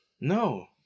No